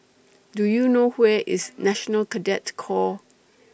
Do YOU know IS National Cadet Corps